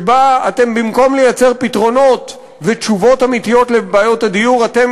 שבה במקום לייצר פתרונות ותשובות אמיתיות לבעיות הדיור אתם